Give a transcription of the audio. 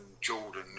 Jordan